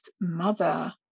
mother